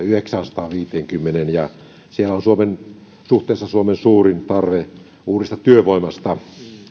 yhdeksäänsataanviiteenkymmeneen ja siellä on suhteessa suomen suurin tarve uudesta työvoimasta